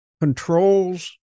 controls